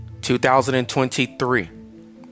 2023